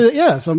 ah yes. um